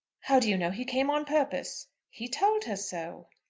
how do you know he came on purpose. he told her so.